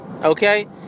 Okay